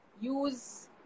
use